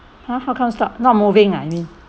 !huh! how come stop not moving ah you mean